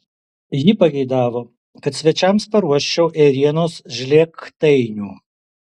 ji pageidavo kad svečiams paruoščiau ėrienos žlėgtainių